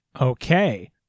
Okay